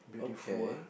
okay